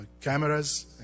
cameras